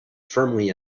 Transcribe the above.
firmly